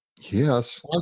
Yes